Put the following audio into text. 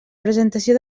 presentació